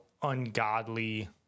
ungodly